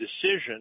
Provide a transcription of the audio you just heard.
decision